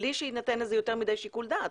בלי שיינתן לכך יותר מדי שיקול דעת.